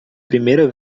primeira